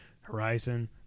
Horizon